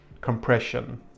Compression